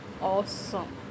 Awesome